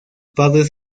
padres